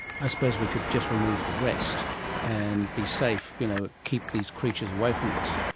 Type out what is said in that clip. i suppose we could just remove the rest and be safe, you know keep these creatures away from us,